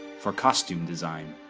for costume design,